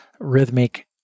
rhythmic